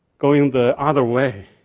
going the other way